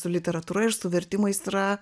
su literatūra ir su vertimais yra